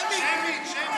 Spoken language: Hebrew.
שמית, שמית.